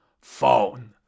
phone